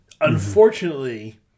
unfortunately